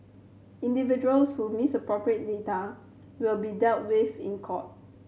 individuals who misappropriate data will be dealt with in court